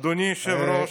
אדוני היושב-ראש,